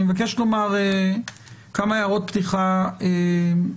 אני מבקש לומר כמה הערות פתיחה קצרות,